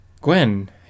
Gwen